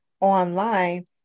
online